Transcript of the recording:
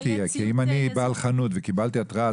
תהיה כי אם אני בעל חנות וקיבלתי התראה,